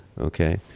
Okay